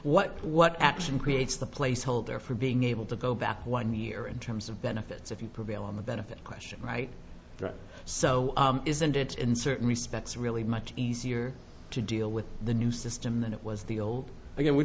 what what action creates the placeholder for being able to go back one year in terms of benefits if you prevail on the benefit question right so isn't it in certain respects really much easier to deal with the new system than it was the old again we